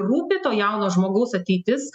rūpi to jauno žmogaus ateitis